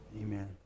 Amen